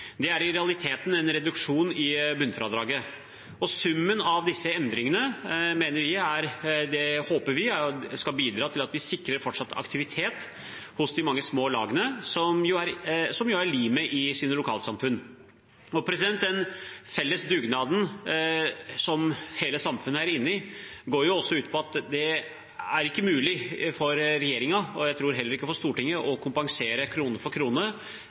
Det er i realiteten en reduksjon i bunnfradraget. Summen av disse endringene mener og håper vi at skal bidra til å sikre fortsatt aktivitet hos de mange små lagene, som er limet i sine lokalsamfunn. Den felles dugnaden som hele samfunnet er inne i, går også ut på at det ikke er mulig for regjeringen – og jeg tror heller ikke for Stortinget – å kompensere krone for krone